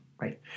Right